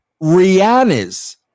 Rihanna's